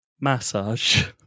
Massage